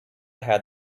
had